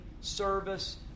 service